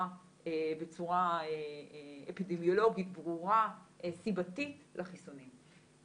בצורה אפידמיולוגית ברורה וסיבתית לחיסונים.